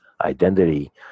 identity